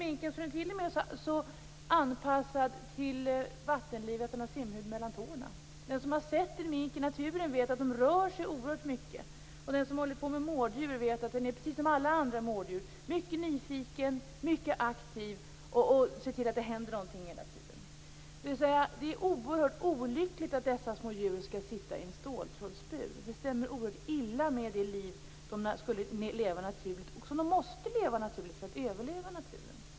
Minken är t.o.m. så anpassad till vattenlivet att den har simhud mellan tårna. Den som har sett en mink i naturen vet att de rör sig oerhört mycket. Den som håller på med mårddjur vet att den, precis som alla andra mårddjur, är mycket nyfiken och aktiv och ser till att det händer någonting hela tiden. Det är mycket olyckligt att dessa små djur skall sitta i en ståltrådsbur. Det stämmer mycket illa med det liv som de lever naturligt och som de måste leva för att överleva i naturen.